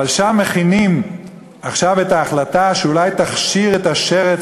אבל שם מכינים עכשיו את ההחלטה שאולי תכשיר את השרץ